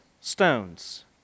stones